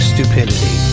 Stupidity